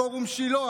פורום שילה,